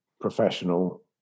professional